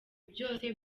byose